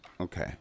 Okay